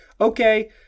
okay